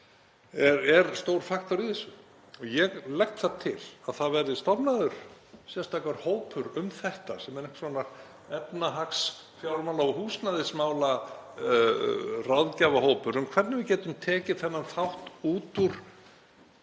er stór faktor í þessu. Ég legg það til að það verði stofnaður sérstakur hópur um þetta sem er einhvers konar efnahags-, fjármála- og húsnæðismálaráðgjafahópur um hvernig við getum tekið þennan þátt út úr